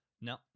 No